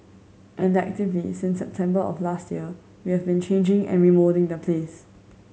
and actively since September of last year we have been changing and remoulding the place